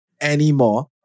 anymore